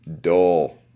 dull